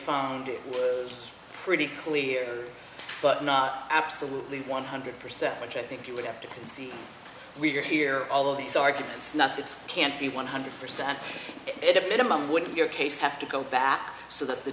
found it was pretty clear but not absolutely one hundred percent which i think you would have to concede we're here all of these arguments not that can't be one hundred percent it a minimum wouldn't your case have to go back so that the